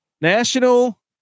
National